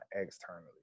externally